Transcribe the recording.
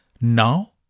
now